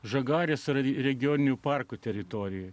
žagarės regioninių parkų teritorijoje